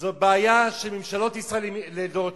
זאת בעיה של ממשלות ישראל לדורותיהן.